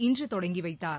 இன்று தொடங்கி வைத்தார்